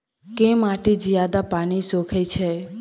केँ माटि जियादा पानि सोखय छै?